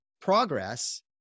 progress